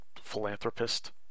philanthropist